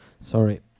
Sorry